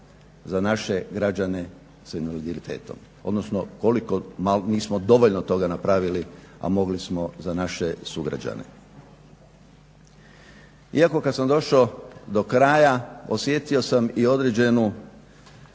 za naše građane s invaliditetom, odnosno koliko nismo dovoljno toga napravili a mogli smo za naše sugrađane. Iako kad sam došao do kraja osjetio sam i određenu